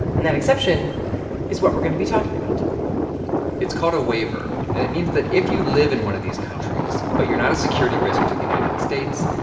and that exception is what we're going to be talking about today it's called a waiver. and it means that if you live in one of these countries, but you're not a security risk to the united states,